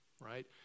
right